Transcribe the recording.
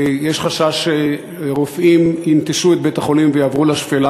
יש חשש שרופאים ינטשו את בית-החולים ויעברו לשפלה,